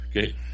okay